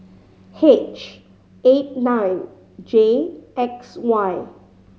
H eight nine J X Y